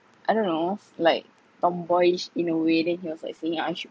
I don't know like tomboyish in a way then he was like saying I should